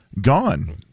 gone